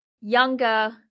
younger